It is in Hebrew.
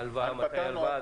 הלוואה מתי ההלוואה.